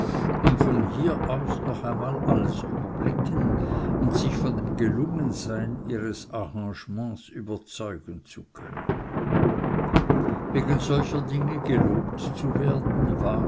um von hier aus noch einmal alles überblicken und sich von dem gelungensein ihres arrangements überzeugen zu können wegen solcher dinge gelobt zu werden war